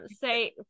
say